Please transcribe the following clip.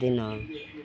केना जाइ छियै